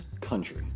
country